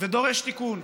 ודורש תיקון.